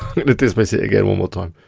i'm gonna dismiss it again one more time.